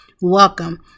welcome